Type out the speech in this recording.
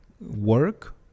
work